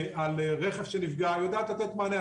על רכב שנפגע, היא יודעת לתת מענה.